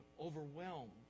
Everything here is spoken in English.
overwhelmed